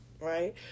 right